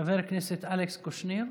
חבר הכנסת אלכס קושניר,